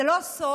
זה לא סוד,